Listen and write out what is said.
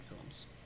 films